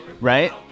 right